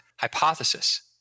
hypothesis